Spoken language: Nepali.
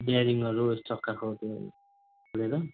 क्यारिङहरू चक्काको त्यो गरेर